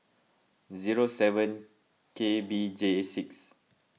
zero seven K B J six